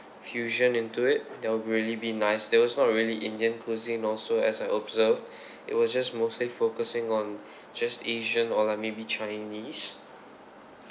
fusion into it that'll be really be nice there was not really indian cuisine also as I observed it was just mostly focusing on just asian or like maybe chinese